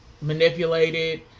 manipulated